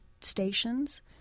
stations